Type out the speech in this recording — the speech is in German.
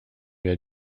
wer